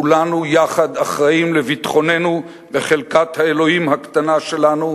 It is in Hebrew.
כולנו יחד אחראים לביטחוננו בחלקת אלוהים הקטנה שלנו